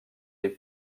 les